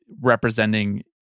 representing